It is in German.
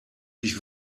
ich